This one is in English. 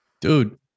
Dude